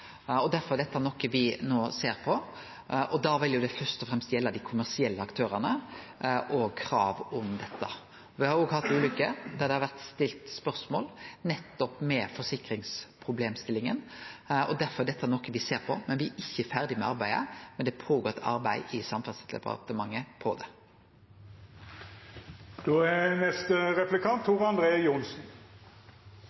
Derfor er dette noko me no ser på, og da vil det først og fremst gjelde dei kommersielle aktørane og krav om dette. Me har hatt ulykker der det har blitt stilt spørsmål nettopp om problemstillinga rundt forsikring, og derfor er dette noko me ser på. Me er ikkje ferdige med arbeidet, men det går føre seg eit arbeid i Samferdselsdepartementet på